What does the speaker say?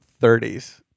30s